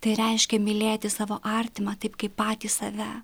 tai reiškia mylėti savo artimą taip kaip patys save